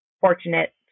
fortunate